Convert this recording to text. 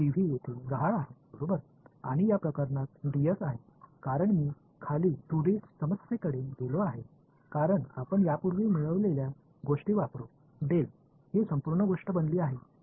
இந்த விஷயத்தில் dS ஆகும் ஏனென்றால் நான் 2 D சிக்கலுக்கு சென்றுவிட்டேன் இதற்கு முன்பு நாம் பெற்ற பயன்படுத்தி இது முழு விஷயமாக மாறியது